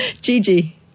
Gigi